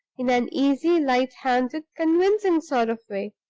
in an easy, light-handed, convincing sort of way.